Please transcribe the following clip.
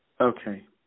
Okay